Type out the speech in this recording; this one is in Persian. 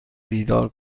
بیدار